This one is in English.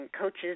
coaches